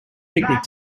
picnic